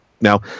Now